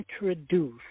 introduce